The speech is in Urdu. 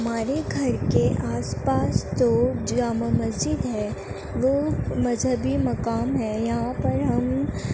ہمارے گھر کے آس پاس تو جامع مسجد ہے وہ مذہبی مقام ہے یہاں پر ہم